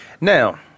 Now